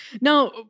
Now